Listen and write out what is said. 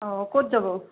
অঁ ক'ত যাব